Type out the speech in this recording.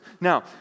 Now